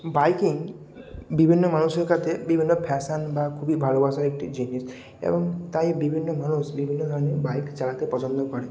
biking বিভিন্ন মানুষের কাছে বিভিন্ন ফ্যাশন বা খুবই ভালোবাসার একটি জিনিস এবং তাই বিভিন্ন মানুষ বিভিন্ন ধরনের বাইক চালাতে পছন্দ করে